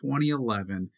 2011